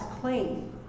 clean